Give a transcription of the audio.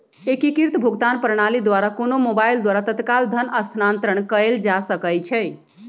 एकीकृत भुगतान प्रणाली द्वारा कोनो मोबाइल द्वारा तत्काल धन स्थानांतरण कएल जा सकैछइ